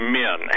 men